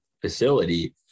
facility